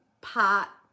pot